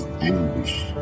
anguish